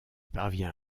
parvient